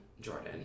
Jordan